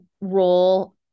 role